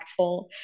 impactful